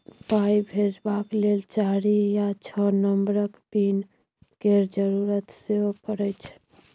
पाइ भेजबाक लेल चारि या छअ नंबरक पिन केर जरुरत सेहो परय छै